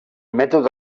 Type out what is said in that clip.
mètode